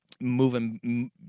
moving